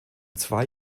zwei